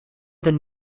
than